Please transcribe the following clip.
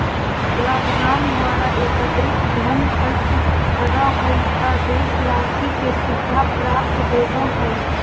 कराधान द्वारा एकत्रित धन खर्च करा हइ त देशवाशी के सुविधा प्राप्त होबा हइ